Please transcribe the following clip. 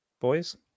boys